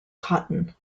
cotton